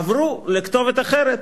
עברו לכתובת אחרת,